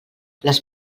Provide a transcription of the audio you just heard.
les